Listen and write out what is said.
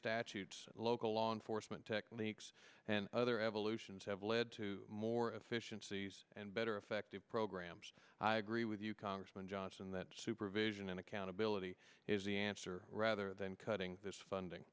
statutes and local law enforcement techniques and other evolutions have led to more efficiencies and better effective programs i agree with you congressman johnson that supervision and accountability is the answer rather than cutting this funding